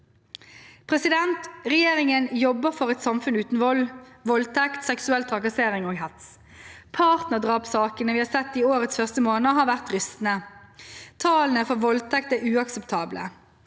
regissører. Regjeringen jobber for et samfunn uten vold, voldtekt, seksuell trakassering og hets. Partnerdrapssakene vi har sett i årets første måneder, har vært rystende. Tallene for voldtekt er uakseptable.